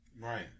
Right